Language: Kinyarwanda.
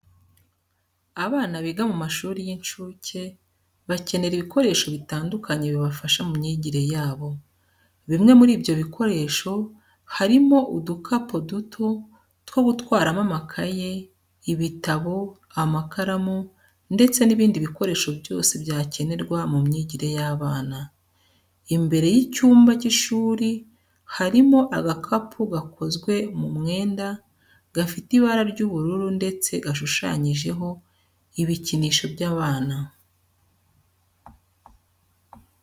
Abana biga mu mashuri y'incuke, bakenera ibikoresho bitandukanye bibafasha mu myigire yabo. Bimwe muri ibyo bikoresho harimo udukapo duto two gutwaramo amakaye, ibitabo, amakaramu ndetse n'ibindi bikoresho byose byakenerwa mu myigire y'abana. Imbere y'icyumba cy'ishuri harimo agakapu gakozwe mu mwenda, gafite ibara ry'ubururu ndetse gashushanyijeho ibikinisho by'abana.